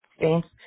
thanks